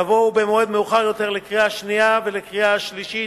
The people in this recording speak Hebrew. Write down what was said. יבואו במועד מאוחר יותר לקריאה שנייה ולקריאה שלישית.